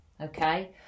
okay